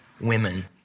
women